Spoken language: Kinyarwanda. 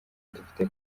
dufite